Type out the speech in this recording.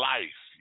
Life